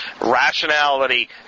rationality